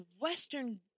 Western